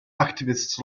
activists